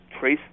trace